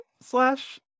slash